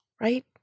Right